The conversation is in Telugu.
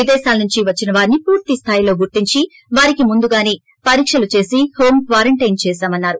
విదేశాల నుంచి వచ్చిన వారిని పూర్తి స్థాయిలో గుర్తించి వారికి ముందుగానే పరీక్షలు క్వారంటైన్ చేశామన్నారు